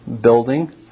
building